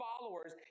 followers